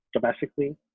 domestically